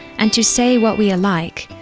and to say what we are like,